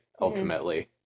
ultimately